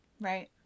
Right